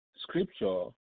scripture